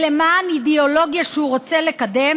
אלא למען אידיאולוגיה שהוא רוצה לקדם.